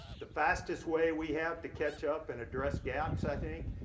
the fastest way we have to catch up and address gaps i think,